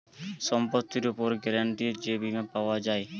সম্পত্তির উপর গ্যারান্টিড যে বীমা পাওয়া যায়